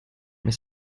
mais